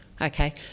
Okay